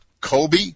Kobe